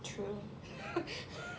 true